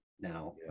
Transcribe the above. now